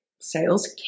sales